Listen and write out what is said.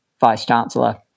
Vice-Chancellor